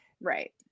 Right